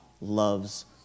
loves